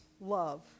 Love